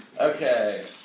Okay